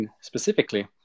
specifically